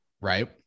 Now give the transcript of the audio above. Right